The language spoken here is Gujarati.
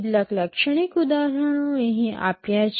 કેટલાક લાક્ષણિક ઉદાહરણો અહીં આપ્યા છે